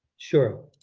sure.